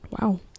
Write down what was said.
Wow